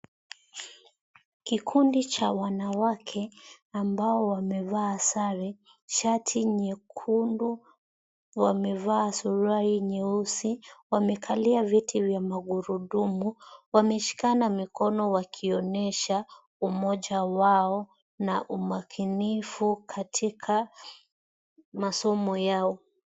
Kikundi cha wanawake ambao wamevaa sare shati nyekundu wamevaa suruali nyeusi wamekalia viti vya magurudumu. Wameshikana mikono wakionyesha umoja wao na umakinifu katika masomo yao.